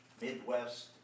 Midwest